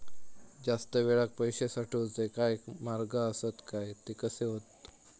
जास्त वेळाक पैशे साठवूचे काय मार्ग आसत काय ते कसे हत?